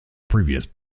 previous